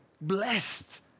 blessed